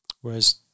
Whereas